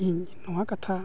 ᱤᱧ ᱱᱚᱣᱟ ᱠᱟᱛᱷᱟ